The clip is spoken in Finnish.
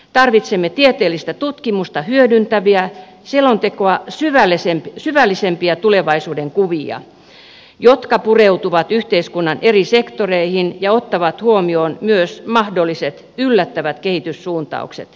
tarvitsemme tieteellistä tutkimusta hyödyntäviä selontekoa syvällisempiä tulevaisuudenkuvia jotka pureutuvat yhteiskunnan eri sektoreihin ja ottavat huomioon myös mahdolliset yllättävät kehityssuuntaukset